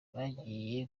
bagiye